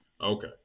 Okay